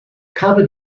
common